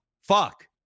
fuck